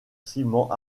ciment